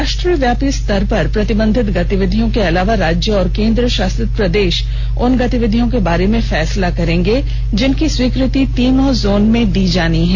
राष्ट्रव्यापी स्तर पर प्रतिबंधित गतिविधियों के अलावा राज्य और केंद्र शासित प्रदेश उन गतिविधियों के बारे में फैसला करेंगे जिनकी स्वीकृति तीनों जोन में दी जानी है